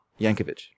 Yankovic